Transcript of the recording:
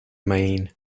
main